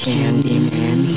Candyman